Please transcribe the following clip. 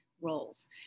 roles